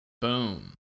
Boom